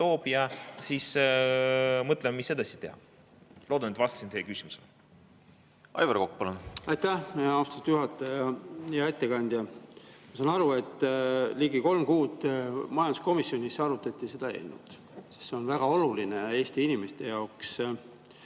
toob, ja siis mõtleme, mis edasi teha. Loodan, et vastasin teie küsimusele. Aivar Kokk, palun! Aitäh, austatud juhataja! Hea ettekandja! Ma saan aru, et ligi kolm kuud majanduskomisjonis arutati seda eelnõu, sest see on väga oluline Eesti inimeste jaoks.